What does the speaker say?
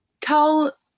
tell